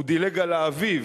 הוא דילג על האביב,